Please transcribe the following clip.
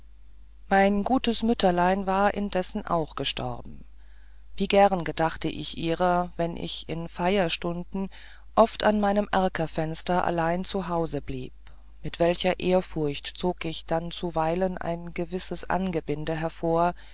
mein gutes mütterlein war indes auch gestorben wie gern gedacht ich ihrer wenn ich in feierstunden oft an meinem eckfenster allein zu hause blieb mit welcher ehrfurcht zog ich dann zuweilen ein gewisses angebinde hervor